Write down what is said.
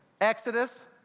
Exodus